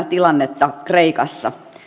tilannetta kreikassa tänä päivänä